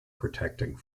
protecting